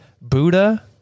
Buddha